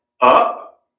up